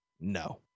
No